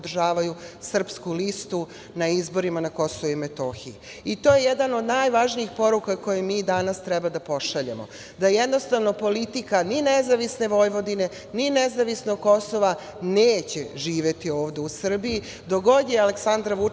Srpsku listu na izborima na KiM. To je jedna od najvažnijih poruka koju mi danas treba da pošaljemo, da politika ni nezavisne Vojvodine, ni nezavisnog Kosova neće živeti ovde u Srbiji dok god je Aleksandra Vučića,